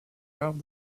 larves